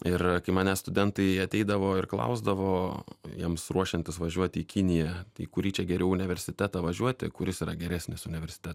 ir kai manęs studentai ateidavo ir klausdavo jiems ruošiantis važiuoti į kiniją tai į kurį čia geriau universitetą važiuoti kuris yra geresnis universitetas